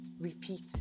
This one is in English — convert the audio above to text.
repeat